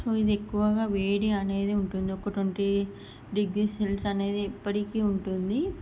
so ఇది ఎక్కువగా వేడి అనేది ఉంటుంది ఒక ట్వంటీ డిగ్రీ సెల్స్ అనేది ఎప్పడికీ ఉంటుంది